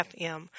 FM